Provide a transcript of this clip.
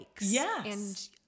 Yes